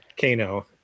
Kano